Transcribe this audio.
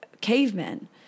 cavemen